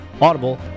Audible